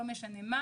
לא משנה מה,